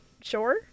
sure